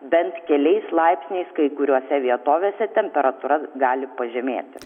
bent keliais laipsniais kai kuriose vietovėse temperatūra gali pažemėti